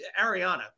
Ariana